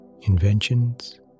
inventions